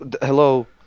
hello